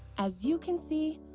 as you can see,